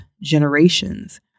generations